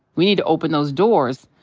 we need to open those doors,